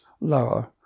lower